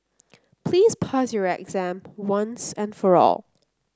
please pass your exam once and for all